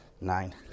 nine